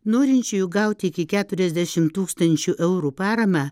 norinčiųjų gauti iki keturiasdešim tūkstančių eurų paramą